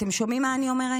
אתם שומעים מה אני אומרת?